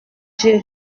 dieu